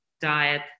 diet